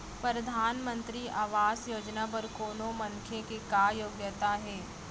परधानमंतरी आवास योजना बर कोनो मनखे के का योग्यता हे?